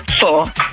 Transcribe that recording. four